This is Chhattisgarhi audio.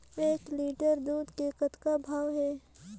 एक लिटर दूध के कतका भाव हे?